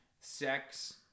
sex